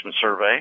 survey